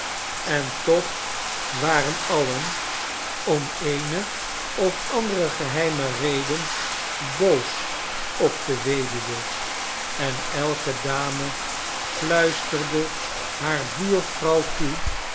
en toch waren alien om eene of andere geheime reden boos op de weduwe en elke dame fluisterde hare buurvrouw toe